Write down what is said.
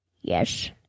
Yes